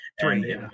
Three